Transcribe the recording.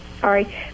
sorry